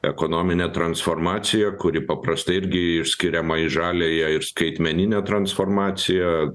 ekonominė transformacija kuri paprastai irgi išskiriama į žaliąją ir skaitmeninę transformaciją